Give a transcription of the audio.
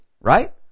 right